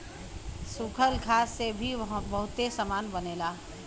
सूखल घास से भी बहुते सामान बनेला